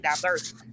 diverse